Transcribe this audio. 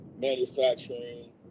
manufacturing